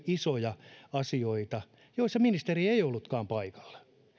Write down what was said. isoja asioita joissa ministeri ei ollutkaan paikalla